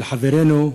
של חברנו,